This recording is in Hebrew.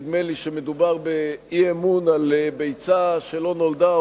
נדמה לי שמדובר באי-אמון על ביצה שלא נולדה,